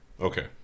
Okay